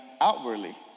outwardly